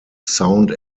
sound